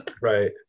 Right